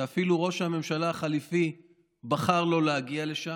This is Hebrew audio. שאפילו ראש הממשלה החליפי בחר לא להגיע לשם,